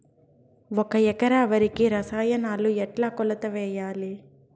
ఒక ఎకరా వరికి రసాయనాలు ఎట్లా కొలత వేయాలి?